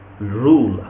rule